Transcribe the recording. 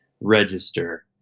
register